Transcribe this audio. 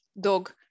dog